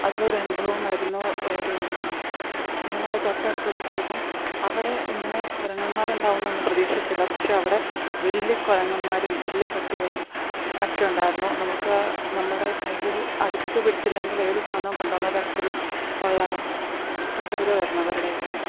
അതിലൊരു അനുഭവമായിരുന്നു ഒരു ഞങ്ങളെ തൊട്ടടുത്തൂടെ പോയപ്പം അവിടെ ഇങ്ങനെ കുരങ്ങമാർ ഉണ്ടാവുന്നൊന്നും പ്രതീക്ഷിച്ചില്ല പക്ഷേ അവിടെ വലിയ കുരങ്ങന്മാരും വലിയ പട്ടികളും അക്കെ ഉണ്ടായിരുന്നു നമുക്ക് നമ്മുടെ കയ്യിൽ അടുത്ത് പിടിച്ചില്ലെങ്കിൽ അത് സാധനവും കൊണ്ടോണ തരത്തിൽ ഉള്ള പ്രകൃതം ആയിരുന്നു അവരുടെ ഒക്കെ